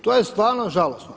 To je stvarno žalosno.